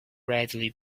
readily